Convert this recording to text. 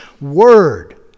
word